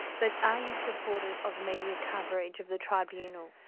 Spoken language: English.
but are you supportive of media coverage of the tribunal?